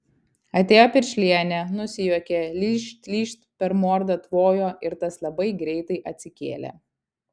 atėjo piršlienė nusijuokė lyžt lyžt per mordą tvojo ir tas labai greitai atsikėlė